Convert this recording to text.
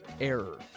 Error